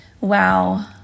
Wow